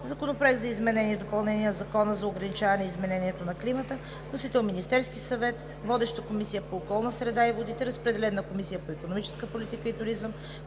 Законопроект за изменение и допълнение на Закона за ограничаване изменението на климата. Вносител е Министерският съвет. Водеща е Комисията по околна среда и водите. Разпределен е на Комисията по икономическа политика и туризъм,